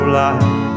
life